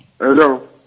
Hello